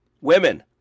Women